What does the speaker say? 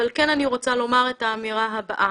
אבל כן אני רוצה לומר את האמירה הבאה,